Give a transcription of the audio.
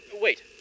Wait